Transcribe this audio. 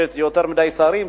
יש יותר מדי שרים,